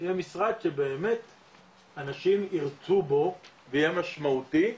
יהיה משרד שבאמת אנשים ירצו בו, ויהיה משמעותי,